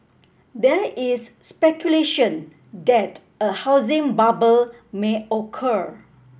there is speculation that a housing bubble may occur